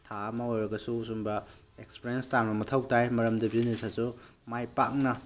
ꯊꯥ ꯑꯃ ꯑꯣꯏꯔꯒꯁꯨ ꯁꯨꯝꯕ ꯑꯦꯛꯁꯄꯔꯦꯟꯁ ꯇꯥꯟꯕ ꯃꯊꯧ ꯇꯥꯏ ꯃꯔꯝꯗꯤ ꯕꯤꯖꯤꯅꯦꯁꯇꯁꯨ ꯃꯥꯏ ꯄꯥꯛꯅ